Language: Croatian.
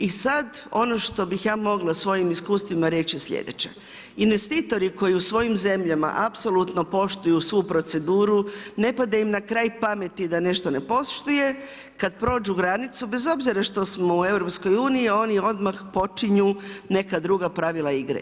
I sada ono što bih ja mogla svojim iskustvima reći je sljedeće, investitori koji u svojim zemljama apsolutno poštuju svu proceduru, ne pada im na kraj pameti da nešto ne poštuje kada prođu granicu bez obzira što smo u EU oni odmah počinju neka druga pravila igre.